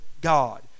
God